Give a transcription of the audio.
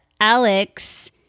Alex